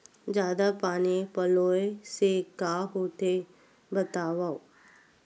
जादा पानी पलोय से का होथे बतावव?